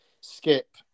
Skip